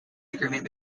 agreement